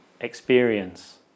experience